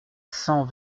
cent